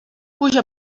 puja